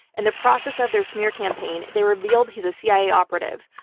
and the process of their smear campaign, they revealed he's a cia operative,